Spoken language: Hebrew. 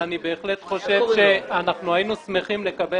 אני בהחלט חושב שאנחנו היינו שמחים לקבל